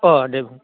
अह दे बुं